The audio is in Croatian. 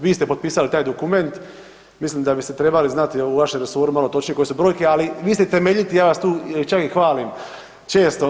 Vi ste potpisali taj dokument, mislim da bi se znati u vašem resoru malo točnije koje su brojke, ali vi ste temeljiti, ja vas tu čak i hvalim često.